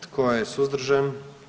Tko je suzdržan?